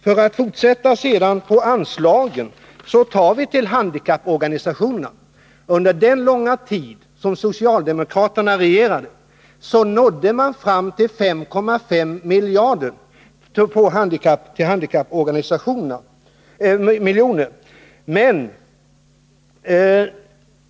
För att sedan fortsätta med anslaget för bidrag till handikapporganisationerna vill jag säga att under den långa tid som socialdemokraterna regerade nådde de i fråga om det anslaget upp till 5,5 miljoner.